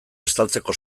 estaltzeko